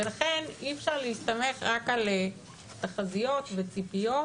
לכן אי אפשר להסתמך רק על תחזיות וציפיות,